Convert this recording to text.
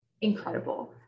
incredible